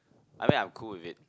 I mean I'm cool with it